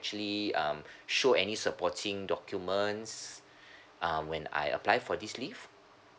actually um show any supporting documents uh when I apply for this leave